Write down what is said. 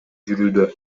жүрүүдө